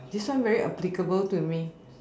this one very applicable to me